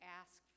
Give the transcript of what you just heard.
ask